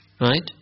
right